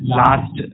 last